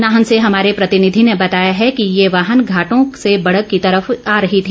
नाहन से हमारे प्रतिनिधि ने बताया है कि ये वाहन घाटों से बड़ग की तरफ आ रहा था